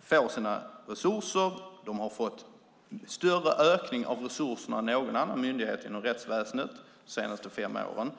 får sina resurser. De har fått en större ökning av resurser än någon annan myndighet inom rättsväsendet de senaste fem åren.